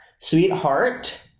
sweetheart